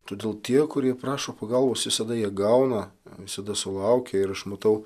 todėl tie kurie prašo pagalbos visada ją gauna visada sulaukia ir aš matau